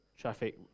Traffic